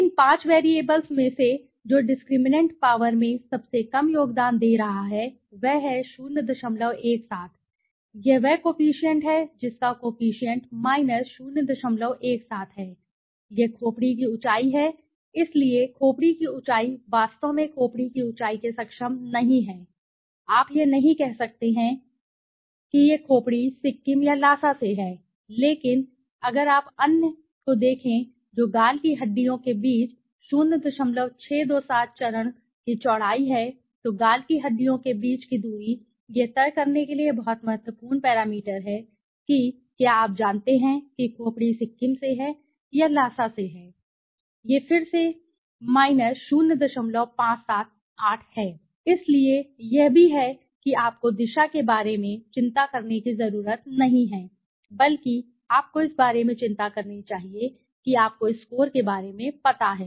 इस 5 वैरिएबल्स में से जो डिस्क्रिमिनेटिंग पॉवर में सबसे कम योगदान दे रहा है वह है 017 यह वह कोफिशिएंट है जिसका कोफिशिएंट 017 है यह खोपड़ी की ऊँचाई है इसलिए खोपड़ी की ऊँचाई वास्तव में खोपड़ी की ऊँचाई से सक्षम नहीं है आप यह नहीं कह सकते हैं कि नहीं यह खोपड़ी सिक्किम या ल्हासा से है लेकिन अगर आप अन्य को देखें जो गाल की हड्डियों के बीच 0627 चरण की चौड़ाई है तो गाल की हड्डियों के बीच की दूरी यह तय करने के लिए बहुत महत्वपूर्ण पैरामीटर है कि क्या आप जानते हैं कि खोपड़ी सिक्किम से है या ल्हासा से सही है ये फिर से मैं कुछ 0578 है इसलिए यह भी है कि आपको दिशा के बारे में चिंता करने की ज़रूरत नहीं है बल्कि आपको इस बारे में चिंता करनी चाहिए कि आपको स्कोर के बारे में पता है